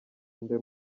nde